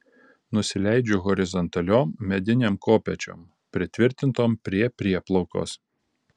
nusileidžiu horizontaliom medinėm kopėčiom pritvirtintom prie prieplaukos